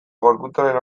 gorputzaren